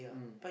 mm